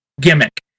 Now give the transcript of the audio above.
gimmick